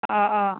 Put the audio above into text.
অঁ অঁ